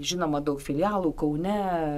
žinoma daug filialų kaune